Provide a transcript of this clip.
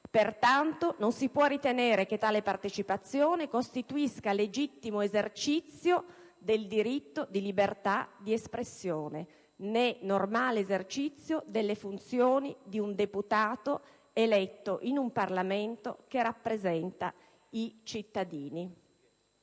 pertanto non si può ritenere che tale partecipazione costituisca legittimo esercizio del diritto di libertà di espressione, né normale esercizio delle funzioni di un deputato eletto in un Parlamento che rappresenta i cittadini».